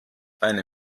eine